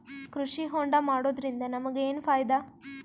ಕೃಷಿ ಹೋಂಡಾ ಮಾಡೋದ್ರಿಂದ ನಮಗ ಏನ್ ಫಾಯಿದಾ?